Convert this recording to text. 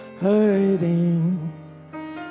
hurting